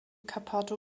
cappato